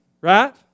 right